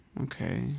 okay